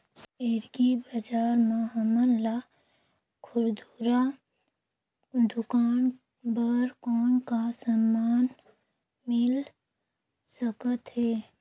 Agri बजार म हमन ला खुरदुरा दुकान बर कौन का समान मिल सकत हे?